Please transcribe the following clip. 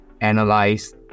analyze